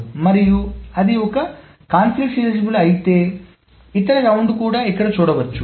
మరియు అది ఒక సంఘర్షణ సీరియలైజబుల్ అయితే ఇతర రౌండ్ కూడా ఇక్కడ చూడవచ్చు